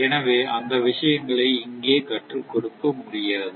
எனவே அந்த விஷயங்களை இங்கே கற்றுக்கொடுக்க முடியாது